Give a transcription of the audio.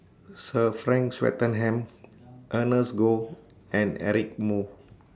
Sir Frank Swettenham Ernest Goh and Eric Moo